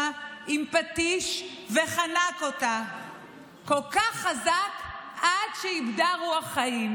בפטיש וחנק אותה כל כך חזק עד שאיבדה רוח חיים.